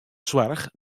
soarch